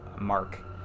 mark